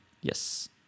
Yes